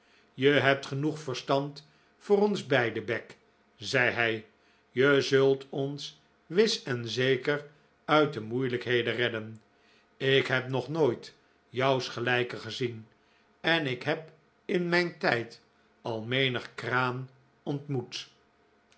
e hebt genoeg verstand voor ons beiden beck zei hij je zult ons wis en zeker uit de moeilijkheid redden ik heb nog nooit jouws gelijke gezien en ik heb in mijn tijd al menige kraan ontmoet